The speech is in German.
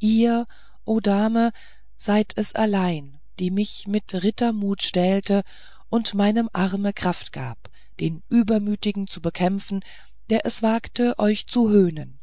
ihr o dame seid es allein die mich mit rittermut stählte und meinem arme kraft gab den übermütigen zu bekämpfen der es wagte euch zu höhnen